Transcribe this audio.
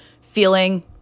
Feeling